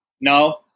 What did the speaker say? No